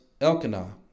Elkanah